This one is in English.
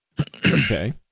Okay